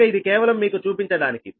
కనుక ఇది కేవలం మీకు చూపించడానికి